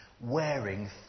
wearing